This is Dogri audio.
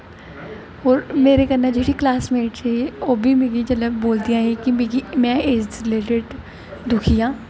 होर मेरे कन्नै जेह्ड़े क्लॉसमेट्स ही ओह् बी जेल्लै मिगी बोलदियां ही कि में इस दे रिलेटिड दुखी आं